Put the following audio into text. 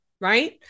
right